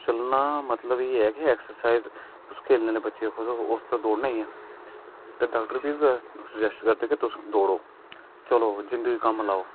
चलना मतलब एह् है कि एकसरसाइज तुस खेलने आहले बच्चें गी आखगो उस ते दौ़डना गै ऐ